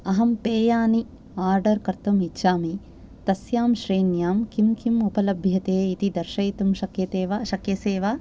अहं पेयानि आर्डर् कर्तुम् इच्छामि तस्यां श्रेण्यां किं किम् उपलभ्यते इति दर्शयितुं शक्यते वा शक्यसे वा